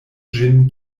ĝin